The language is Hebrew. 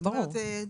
זאת אומרת,